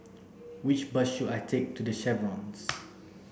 which bus should I take to The Chevrons